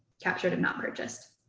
captured and not purchased.